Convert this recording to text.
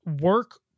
work